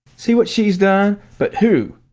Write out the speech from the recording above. see what's she done! but who,